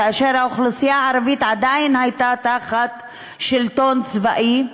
כשהאוכלוסייה הערבית עדיין הייתה תחת שלטון צבאי,